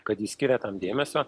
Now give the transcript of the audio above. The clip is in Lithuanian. kad ji skiria tam dėmesio